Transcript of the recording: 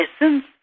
essence